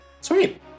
Sweet